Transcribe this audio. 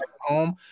home